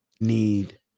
need